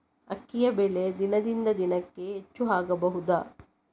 ಅಕ್ಕಿಯ ಬೆಲೆ ದಿನದಿಂದ ದಿನಕೆ ಹೆಚ್ಚು ಆಗಬಹುದು?